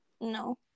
no